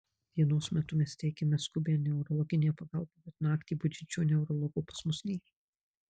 dienos metu mes teikiame skubią neurologinę pagalbą bet naktį budinčio neurologo pas mus nėra